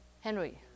Henry